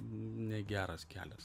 negeras kelias